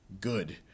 good